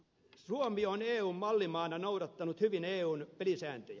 suomi on eun mallimaana noudattanut hyvin eun pelisääntöjä